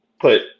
put